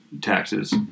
taxes